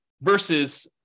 versus